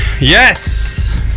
Yes